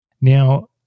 Now